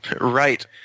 Right